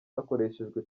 hakoreshejwe